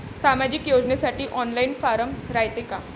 सामाजिक योजनेसाठी online form रायते का?